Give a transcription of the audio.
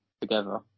together